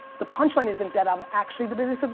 the punch line isn't that i'm actually the busiest.